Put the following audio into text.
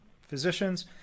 physicians